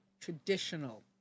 traditional